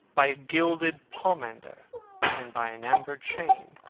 by a gilded pomander and by an amber chain.